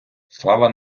слава